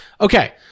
Okay